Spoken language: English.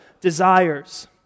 desires